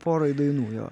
porai dainų jo